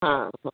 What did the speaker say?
हाँ हाँ